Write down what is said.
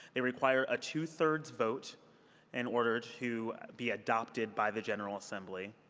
they require a two-thirds vote in order to be adopted by the general assembly.